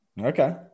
Okay